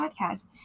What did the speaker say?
podcast